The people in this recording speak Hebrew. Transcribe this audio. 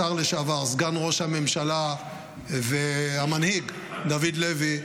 השר לשעבר, סגן ראש הממשלה והמנהיג דוד לוי,